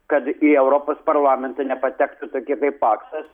kad į europos parlamentą nepatektų tokie kaip paksas